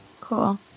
Cool